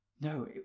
no